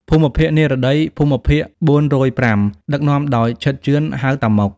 ភូមិភាគនិរតី (ភូមិភាគ៤០៥) ដឹកនាំ ដោយ ឈិត ជឿន ហៅតាម៉ុក។